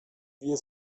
wir